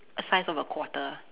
a size of a quarter